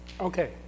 okay